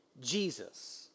Jesus